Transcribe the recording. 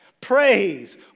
Praise